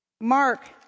Mark